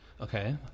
Okay